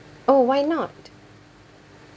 oh why not